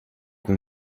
com